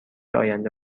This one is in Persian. آینده